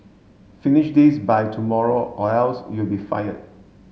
finish this by tomorrow or else you'll be fired